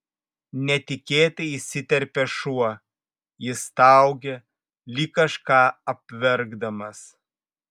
netikėtai įsiterpia šuo jis staugia lyg kažką apverkdamas